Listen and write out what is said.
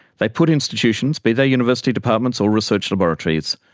they put institutions, be they university departments or research laboratories,